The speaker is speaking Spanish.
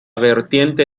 vertiente